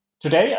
Today